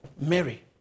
Mary